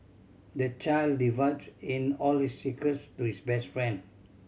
the child divulged in all his secrets to his best friend